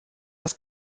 das